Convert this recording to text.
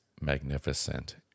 magnificent